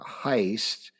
heist